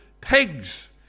pigs